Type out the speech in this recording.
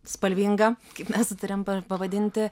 spalvinga kaip mes sutarėm pavadinti